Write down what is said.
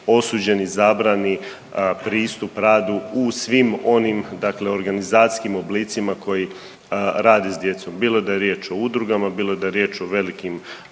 osuđeni zabrani pristup radu u svim onim, dakle organizacijskim oblicima koji rade s djecom bilo da je riječ o udrugama, bilo da je riječ o velikim